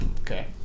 Okay